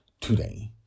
Today